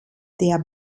der